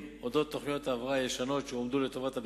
על אודות תוכניות ההבראה הישנות שהועמדו לטובת המגזר,